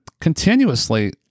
continuously